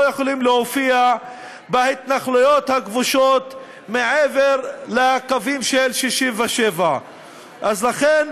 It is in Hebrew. לא יכולים להופיע בהתנחלויות הכבושות מעבר לקווים של 67'. לכן